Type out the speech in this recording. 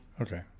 Okay